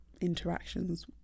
interactions